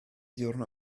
diwrnod